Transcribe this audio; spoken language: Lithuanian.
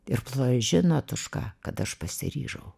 ir plojo žinot už ką kad aš pasiryžau